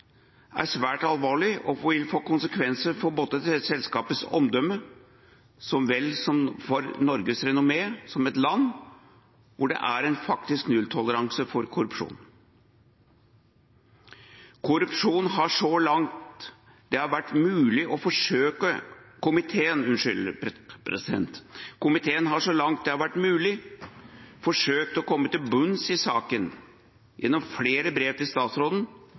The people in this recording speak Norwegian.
er svært alvorlig og vil få konsekvenser for dette selskapets omdømme så vel som for Norges renommé som et land hvor det er en faktisk nulltoleranse for korrupsjon. Komiteen har så langt det har vært mulig, forsøkt å komme til bunns i saken gjennom flere brev til statsråden og i åpen kontrollhøring. For et flertall i kontroll- og konstitusjonskomiteen har